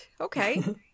okay